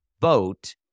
vote